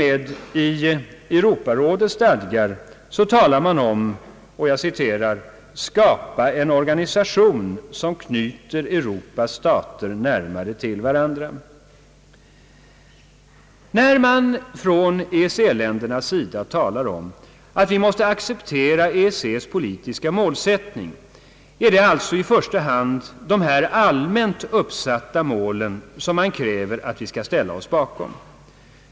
T. o. m. Europarådets stadga talar om att »skapa en organisation, som knyter Europas stater närmare till varandra». När man från EEC-ländernas sida talar om att vi måste acceptera EEC:s politiska målsättning, är det alltså i första hand dessa allmänt uppsatta mål man kräver att vi skall ställa oss bakom.